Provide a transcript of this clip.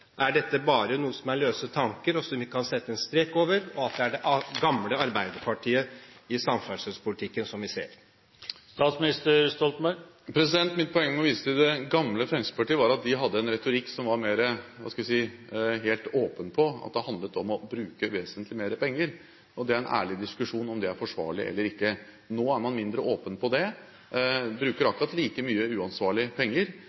Er dette bare noe som er løse tanker, som vi kan sette en strek over – og er det det gamle Arbeiderpartiet vi ser i samferdselspolitikken? Mitt poeng med å vise til det gamle Fremskrittspartiet var at de hadde en retorikk der de var helt åpne om at det handlet om å bruke vesentlig mer penger. Det er en ærlig diskusjon om det er forsvarlig eller ikke. Nå er man mindre åpen om dette, bruker akkurat like mye penger